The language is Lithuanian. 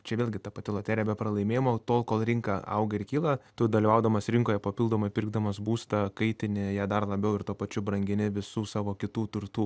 čia vėlgi ta pati loterija be pralaimėjimo tol kol rinka auga ir kyla tu dalyvaudamas rinkoje papildomai pirkdamas būstą kaitini ją dar labiau ir tuo pačiu brangini visų savo kitų turtų